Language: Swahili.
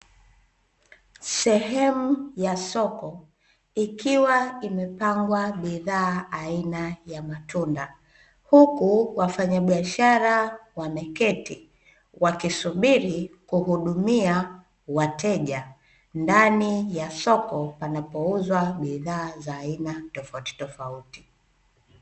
Sehemu ya soko ikiwa imepangwa bidhaa aina ya matunda, huku wafanyabiashara wameketi, wakisubiri kuhudumia wateja, ndani ya soko panapouzwa bidhaa za aina tofautitofauti.